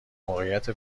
موقعیت